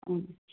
अँ